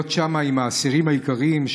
להיות שם עם האסירים היקרים,